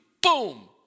boom